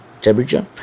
temperature